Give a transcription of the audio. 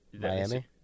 Miami